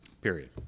period